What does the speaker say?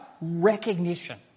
recognition